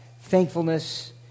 thankfulness